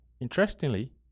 Interestingly